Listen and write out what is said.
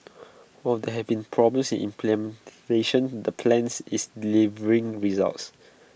while there have been problems in implementation the plans is delivering results